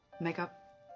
Makeup